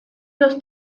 los